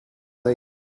late